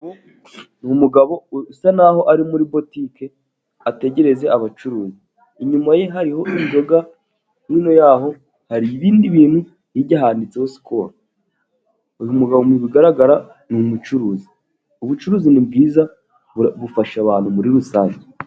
Ni umugabo usa naho ari muri botike ategerereje abacuruzi inyuma ye hariho inzoga hino yaho hari ibindi bintu hirya handitseho sikoro. Uyu mugabo mu bigaragara ni umucuruzi, ubucuruzi ni bwiza bufasha abantu muri rusange.